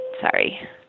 Sorry